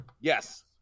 Yes